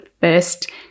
first